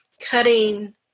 cutting